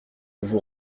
vous